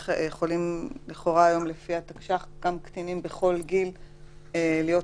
היום לפי התקש"ח גם קטינים בעצם יכולים